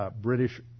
British